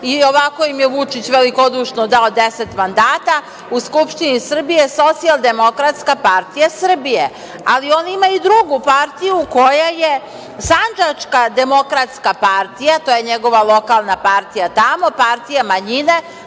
i ovako im je Vučić velikodušno dao 10 mandata u Skupštini Srbije, SDP Srbije. Ali, oni imaju i drugu partiju koja je Sandžačka demokratska partija, to je njegova lokalna partija tamo, partija manjine,